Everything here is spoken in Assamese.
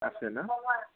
আছে ন